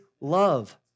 love